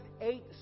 eight